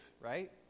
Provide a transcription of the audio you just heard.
right